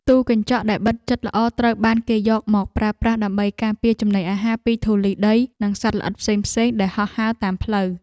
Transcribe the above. ទូកញ្ចក់ដែលបិទជិតល្អត្រូវបានគេយកមកប្រើប្រាស់ដើម្បីការពារចំណីអាហារពីធូលីដីនិងសត្វល្អិតផ្សេងៗដែលហោះហើរតាមផ្លូវ។